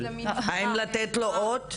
האם לתת לו אות?